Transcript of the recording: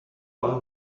all